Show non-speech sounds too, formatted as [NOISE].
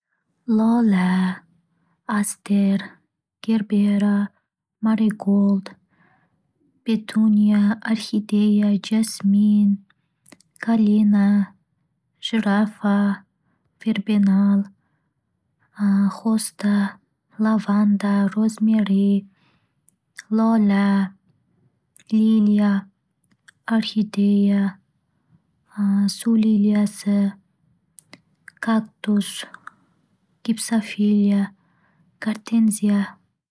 Lola, aster, gerbera, morikold, petuniya, orxideya, jasmin, kalina, jirafa, perbenal, [HESITATION] hosta, lavanda, ro'zmeri, lola, liliya, orxideya, suv liliyasi, kaktus, gipsofilya, gartenziya.